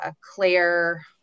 Claire